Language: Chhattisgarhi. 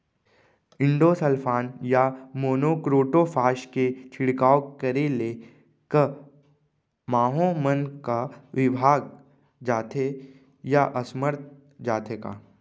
इंडोसल्फान या मोनो क्रोटोफास के छिड़काव करे ले क माहो मन का विभाग जाथे या असमर्थ जाथे का?